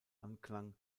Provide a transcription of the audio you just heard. anklang